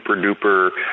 super-duper